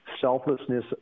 selflessness